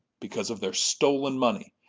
because of their stolen money,